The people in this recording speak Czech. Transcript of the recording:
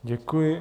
Děkuji.